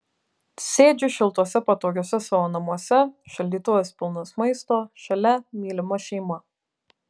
sėdžiu šiltuose patogiuose savo namuose šaldytuvas pilnas maisto šalia mylima šeima